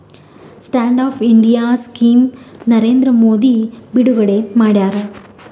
stand up India scheme Narendra Modi ಬಿಡುಗಡೆ ಮಾಡ್ಯಾರ